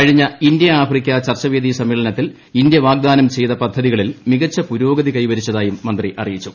കഴിഞ്ഞ ഇന്തൃ ആഫ്രിക്ക ചർച്ചവേദി സമ്മേളനത്തിൽ ഇന്ത്യ വാഗ്ദാനം ചെയ്ത പദ്ധതികളിൽ മികച്ച പുരോഗതി കൈവരിച്ചതായും മന്ത്രി അറിയിച്ചു